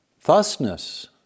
Thusness